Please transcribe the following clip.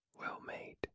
well-made